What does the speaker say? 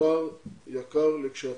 דברי יקר לכשעצמו.